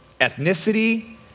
ethnicity